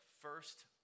first